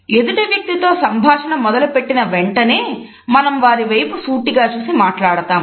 ఎదుటి వ్యక్తితో సంభాషణ మొదలు పెట్టిన వెంటనే మన వారి వైపు సూటిగా చూసి మాట్లాడదాం